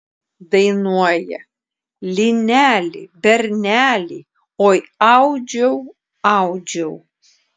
dainuoja lineli berneli oi audžiau audžiau